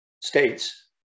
states